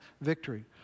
victory